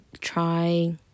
try